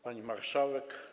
Pani Marszałek!